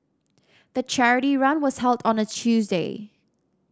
the charity run was held on a Tuesday